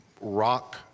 rock